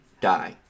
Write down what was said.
die